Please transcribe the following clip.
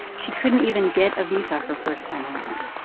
she couldn't even get a visa her first time around.